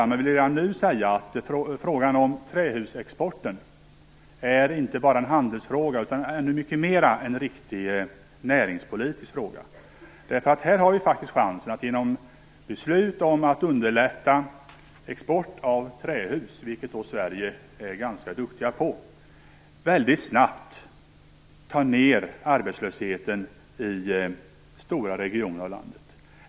Men jag vill redan nu säga att frågan om trähusexport inte bara är en handelsfråga utan också och mycket mer en riktig näringspolitisk fråga. Här har vi chansen att genom beslut om att underlätta export av trähus, vilket vi i Sverige är ganska duktiga på, få ned arbetslösheten i stora delar av landet.